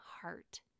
heart